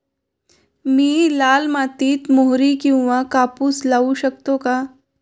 मी लाल मातीत मोहरी किंवा कापूस लावू शकतो का?